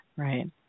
Right